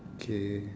okay